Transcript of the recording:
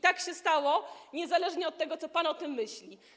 Tak się stało niezależnie od tego, co pan o tym myśli.